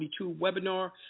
webinar